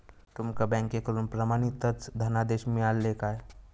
तुमका बँकेकडून प्रमाणितच धनादेश मिळाल्ले काय?